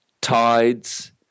tides